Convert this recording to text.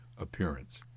appearance